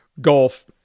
golf